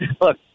look